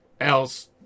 Else